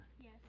Yes